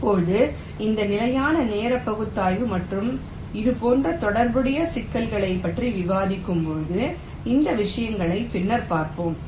இப்போது இந்த நிலையான நேர பகுப்பாய்வு மற்றும் இது போன்ற தொடர்புடைய சிக்கல்களைப் பற்றி விவாதிக்கும்போது இந்த விஷயங்களை பின்னர் பார்ப்போம்